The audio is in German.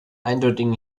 eindeutigen